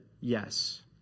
yes